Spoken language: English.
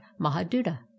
Mahaduda